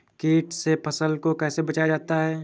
कीट से फसल को कैसे बचाया जाता हैं?